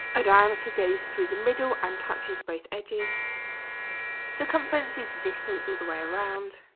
a diameter goes through the middle and touches both edges circumference is distance all the way around